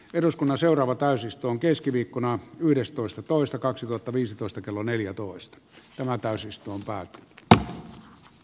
eduskunnan seuraava tanssiston keskiviikkona yhdestoista toista kaksituhattaviisitoista kello neljätoista tämän täysistuntoa kitu a